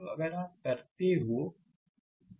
तो अगर आप करते हो तो आप इस बात को प्राप्त करेंगे